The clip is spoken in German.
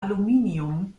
aluminium